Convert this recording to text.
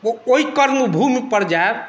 ओहि कर्मभूमि पर जायब